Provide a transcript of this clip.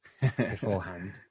Beforehand